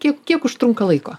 kiek kiek užtrunka laiko